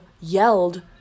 yelled